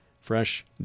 Fresh